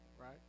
right